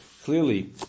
Clearly